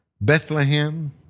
Bethlehem